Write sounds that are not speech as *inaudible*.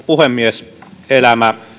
*unintelligible* puhemies elämä